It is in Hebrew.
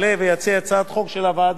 חוק שלו בשם הוועדה,